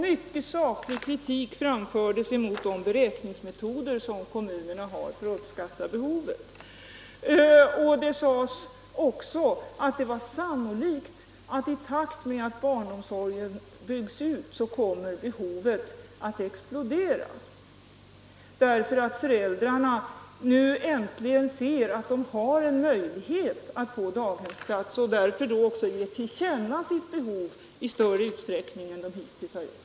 Mycken saklig kritik framfördes mot de beräkningsmetoder som kommunerna använder för att uppskatta behovet. Det sades också att det var sannolikt att i takt med att barnomsorgen byggs ut kommer behovet att explodera, därför att föräldrarna då äntligen ser att de har en möjlighet att få daghemsplats och ger till känna sitt behov i större utsträckning än de hittills har gjort.